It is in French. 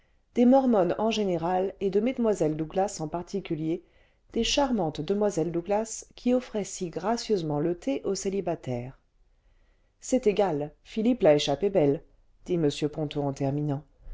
des mormonnes en général et de jolies douglas en particulier des charmantes demoiselles douglas qui offraient si gracieusement le thé aux célibataires ce c'est égal philippe l'a échappé belle dit m ponto en terminant